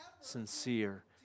sincere